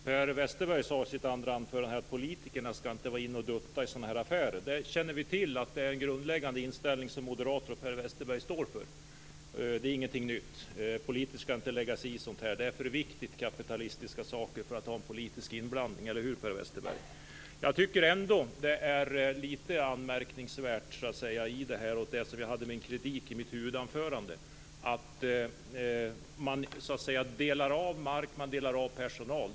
Fru talman. Per Westerberg sade i sitt andra anförande att politikerna inte skall gå in och dutta i sådana här affärer. Vi känner till att detta är en grundläggande inställning som moderater inklusive Per Westerberg står för. Det är ingenting nytt - politiker skall inte lägga sig i sådant här. Det är för viktiga kapitalistiska frågor för att en politisk inblandning skall ske - eller hur, Per Westerberg? Jag tycker ändå att det är lite anmärkningsvärt i det här sammanhanget - jag riktade kritik mot det i mitt huvudanförande - att man delar av mark och personal.